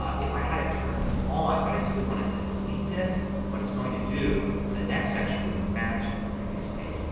if i had it turned on but i simply wanted to delete this what it's going to do the next section would match the previous page.